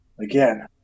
again